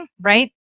right